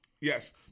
Yes